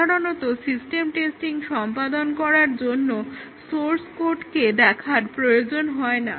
সাধারণত system testing সম্পাদন করার জন্য সোর্স কোডকে দেখার প্রয়োজন হয় না